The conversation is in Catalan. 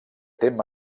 tema